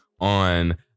on